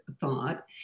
thought